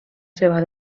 seva